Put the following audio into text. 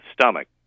stomach